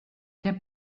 der